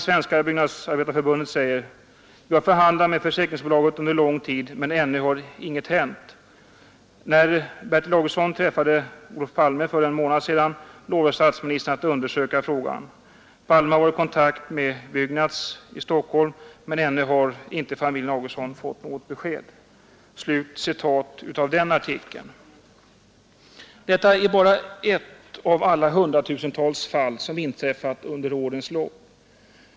— Vi har förhandlat med försäkringsbolaget under lång tid men ännu har inget hänt. När Bertil Augustsson träffade Olof Palme för en månad sedan, lovade statsministern att undersöka frågan. Palme har varit i kontakt med ”Byggnads” i Stockholm men ännu har inte familjen Augustsson fått något besked.” Detta är bara ett av alla hundratusentals fall som inträffat under årens lopp.